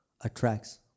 attracts